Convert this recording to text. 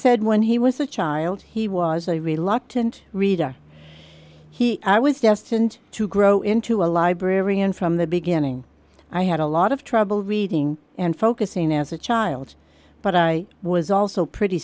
said when he was a child he was a reluctant reader he was destined to grow into a librarian from the beginning i had a lot of trouble reading and focusing as a child but i was also pretty